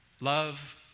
Love